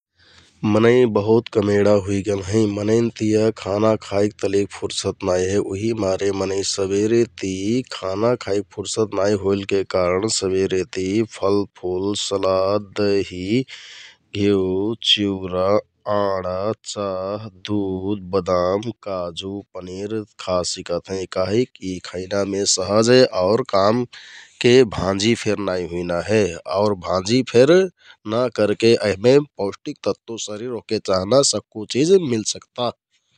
मनैं बहुत कमेडा हुइगेल हैं । मनैंन तिया खाना खाइक तहना फुरसत नाइ हे । उहिकमारे मनैं सबेरेति खाना खाइक फुरसत नाइ होइलके कारण सबेरेति फलफुल, सलाद, दहि, घ्यु, चिउरा, आँडा, चाह, दुध, बदाम, पनिँर खा सिकत हैं । काहिककि खैनामे सहज हे आउर कामके भाँजि फेर ना करके यहमे पौष्टिक तत्वके तेहना बहुत चिझ मिल सकता ।